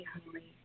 Holy